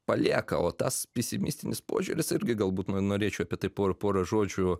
palieka o tas pesimistinis požiūris irgi galbūt na norėčiau apie tai po porą žodžių